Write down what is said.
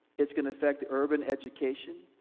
it's gonna affect the urban education,